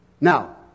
Now